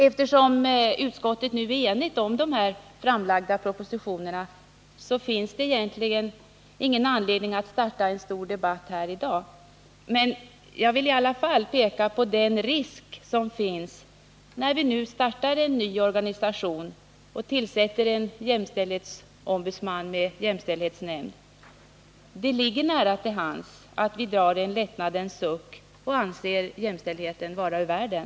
Eftersom utskottet är enigt om de framlagda propositionerna finns det egentligen ingen anledning att starta en stor debatt här i dag. Jag vill i alla fall peka på den risk som finns när vi nu startar en ny organisation och tillsätter en jämställdhetsombudsman och en jämställdhetsnämnd. Det ligger nära till hands att vi nu drar en lättnadens suck och anser jämställdhetsfrågan därmed vara ur världen.